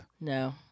No